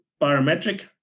parametric